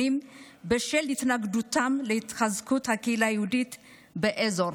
בשל התנגדותם להתחזקות הקהילה היהודית באזור.